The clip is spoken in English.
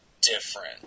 different